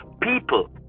people